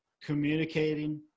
communicating